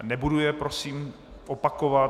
Nebudu je prosím opakovat.